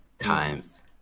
times